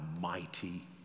mighty